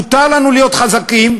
מותר לנו להיות חזקים,